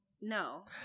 No